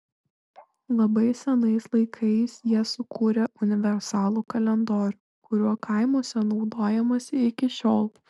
labai senais laikais jie sukūrė universalų kalendorių kuriuo kaimuose naudojamasi iki šiol